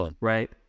right